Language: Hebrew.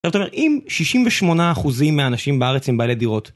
זאת אומרת, אם שישים ושמונה אחוזים מהאנשים בארץ עם בעלי דירות.